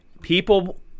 people